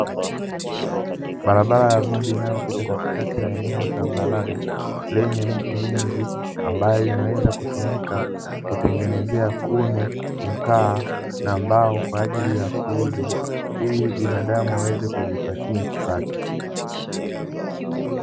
Barabara ya vumbi inayopita katikati ya eneo tambarare lenye miti mingi, ambayo inaweza kutumika kutengenezea kuni, mkaa na mbao kwa ajili ya kuuzwa, ili binadamu aweze kujipatia kipato.